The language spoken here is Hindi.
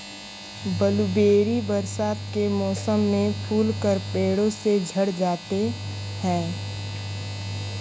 ब्लूबेरी बरसात के मौसम में फूलकर पेड़ों से झड़ जाते हैं